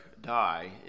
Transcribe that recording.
die